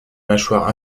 mâchoire